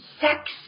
sex